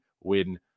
win